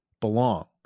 belong